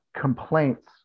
complaints